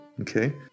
Okay